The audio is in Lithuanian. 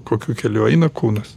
kokiu keliu eina kūnas